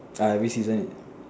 ah which season is